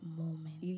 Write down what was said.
moment